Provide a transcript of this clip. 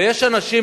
ויש אנשים,